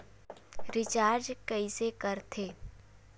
Recharge कइसे कर थे?